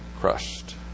crushed